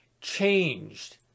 changed